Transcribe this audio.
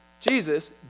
Jesus